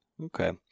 Okay